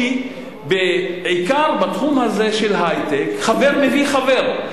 כי בעיקר בתחום הזה של היי-טק חבר מביא חבר,